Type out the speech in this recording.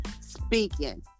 speaking